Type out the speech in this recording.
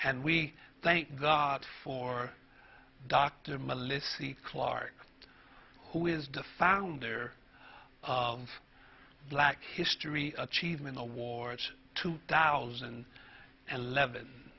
and we thank god for dr melissy clarke who is the founder of black history achievement awards two thousand and eleven